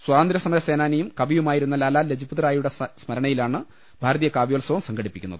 സ്വാതന്ത്യസമർ സേനാനിയും കവിയുമായിരുന്ന ലാല ലജ്പത്റായിയുടെ സ്മരണയിലാണ് ഭാരതീയ കാവ്യോ ത്സവം സംഘടിപ്പിക്കുന്നത്